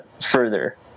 further